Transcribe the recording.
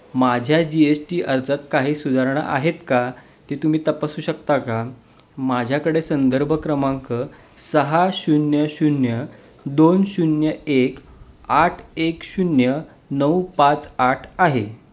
माझ्या G S T अर्जात काही सुधारणा आहेत का ते तुम्ही तपासू शकता का माझ्याकडे संदर्भ क्रमांक सहा शून्य शून्य दोन शून्य एक आठ एक शून्य नऊ पाच आठ आहे